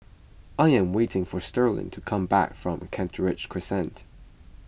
I am waiting for Sterling to come back from Kent Ridge Crescent